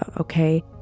okay